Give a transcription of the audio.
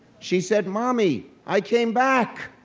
she said, mommy, i came back!